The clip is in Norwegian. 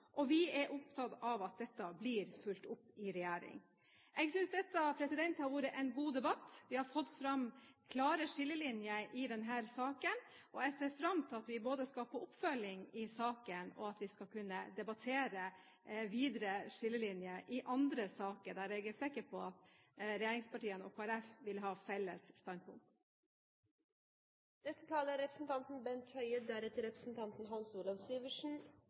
saken. Vi er opptatt av at dette blir fulgt opp i regjeringen. Jeg synes dette har vært en god debatt. Vi har fått fram klare skillelinjer i denne saken, og jeg ser fram til at vi både skal få oppfølging i saken, og at vi skal kunne debattere videre skillelinjer i andre saker der jeg er sikker på at regjeringspartiene og Kristelig Folkeparti vil ha felles standpunkt. Representanten Bent Høie